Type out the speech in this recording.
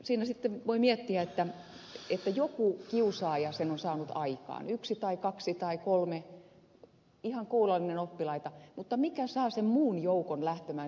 siinä sitten voi miettiä että joku kiusaaja sen on saanut aikaan yksi tai kaksi tai kolme ihan kourallinen oppilaita mutta mikä saa sen muun joukon lähtemään siihen mukaan